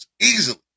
easily